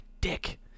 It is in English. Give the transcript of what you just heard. dick